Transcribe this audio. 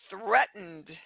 threatened